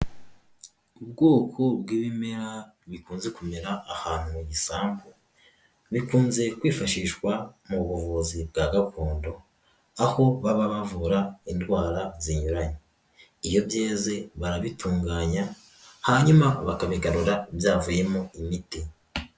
Ubwoko bw'ibimera bikunze kumera ahantu mu gisambu, bikunze kwifashishwa mu buvuzi bwa gakondo, aho baba bavura indwara zinyuranye, iyo byeze barabitunganya hanyuma bakabigarura byavuyemo imiti.